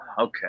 okay